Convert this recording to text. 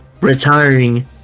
retiring